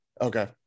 okay